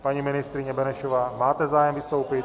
Paní ministryně Benešová, máte zájem vystoupit?